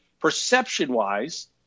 perception-wise